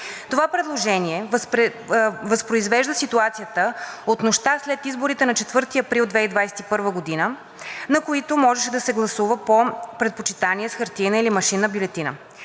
Това предложение възпроизвежда ситуацията от нощта след изборите на 4 април 2021 г., на които можеше да се гласува по предпочитание с хартиена или машинна бюлетина.